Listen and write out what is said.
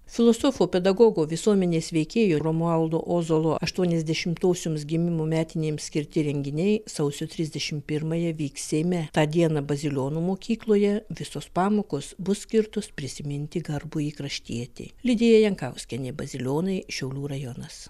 filosofo pedagogo visuomenės veikėjo romualdo ozolo aštuoniasdešimtosioms gimimo metinėms skirti renginiai sausio trisdešim pirmąją vyks seime tą dieną bazilionų mokykloje visos pamokos bus skirtos prisiminti garbųjį kraštietį lidija jankauskienė bazilionai šiaulių rajonas